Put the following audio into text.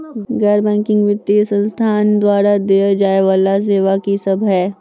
गैर बैंकिंग वित्तीय संस्थान द्वारा देय जाए वला सेवा की सब है?